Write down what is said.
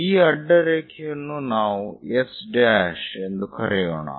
ಈ ಅಡ್ಡರೇಖೆಯನ್ನು ನಾವು S' ಎಂದು ಕರೆಯೋಣ